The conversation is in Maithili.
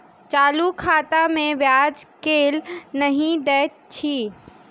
चालू खाता मे ब्याज केल नहि दैत अछि